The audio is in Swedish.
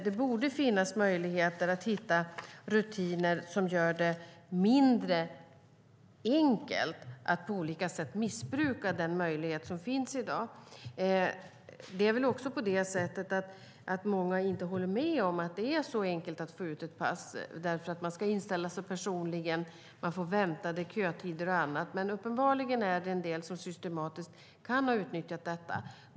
Det borde finnas möjligheter att hitta rutiner som gör det mindre enkelt att på olika sätt missbruka den möjlighet som finns i dag. Många håller nog inte heller med om att det skulle vara så enkelt att få ut pass, för man ska inställa sig personligen och det är kötider och annat. Men uppenbarligen är det en del som systematiskt kan ha utnyttjat detta.